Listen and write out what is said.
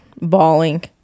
bawling